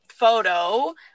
photo